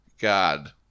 god